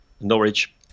Norwich